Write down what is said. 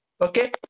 okay